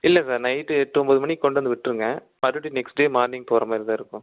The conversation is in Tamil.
இல்லை சார் நைட் எட்டு ஒம்பது மணிக்கு கொண்டு வந்து விட்டுருங்க மறுபடி நெக்ஸ்ட் டே மார்னிங் போகிற மாதிரிதான் இருக்கும்